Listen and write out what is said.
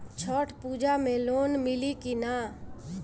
छठ पूजा मे लोन मिली की ना?